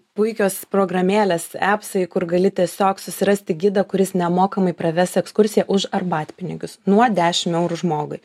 puikios programėlės epsai kur gali tiesiog susirasti gidą kuris nemokamai praves ekskursiją už arbatpinigius nuo dešimt eurų žmogui